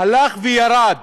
הלך וירד